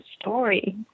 story